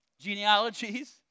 Genealogies